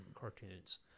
cartoons